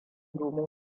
domin